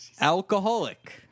Alcoholic